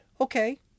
Okay